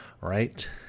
right